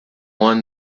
won